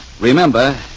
Remember